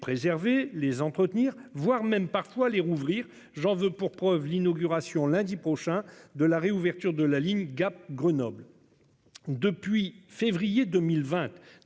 les préserver les entretenir, voire même parfois les rouvrir. J'en veux pour preuve l'inauguration lundi prochain de la réouverture de la ligne Gap-Grenoble. Depuis février 2020,